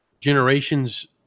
generations